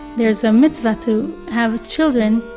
there's a mitzvah to have children,